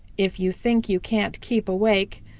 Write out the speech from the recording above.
if you think you can't keep awake,